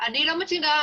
אני לא מציגה,